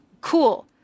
Cool